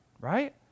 right